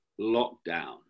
lockdown